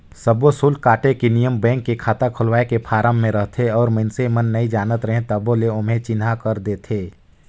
सब्बो सुल्क काटे के नियम बेंक के खाता खोलवाए के फारम मे रहथे और मइसने मन नइ जानत रहें तभो ले ओम्हे चिन्हा कर देथे